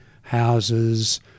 houses